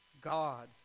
God